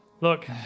Look